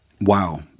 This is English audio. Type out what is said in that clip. Wow